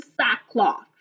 sackcloth